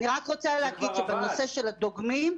אני רק רוצה להגיד שבנושא של הדוגמים,